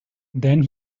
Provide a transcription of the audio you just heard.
then